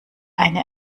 eine